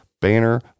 Banner